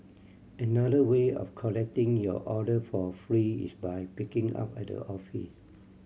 another way of collecting your order for free is by picking up at the office